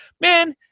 man